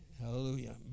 Hallelujah